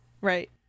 Right